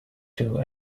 two